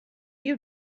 you